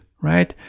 right